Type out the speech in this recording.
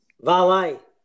Vale